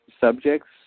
subjects